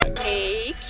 Hey